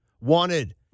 wanted